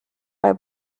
bei